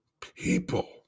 people